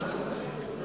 שלוש דקות לרשותך.